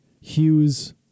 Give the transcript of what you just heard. Hughes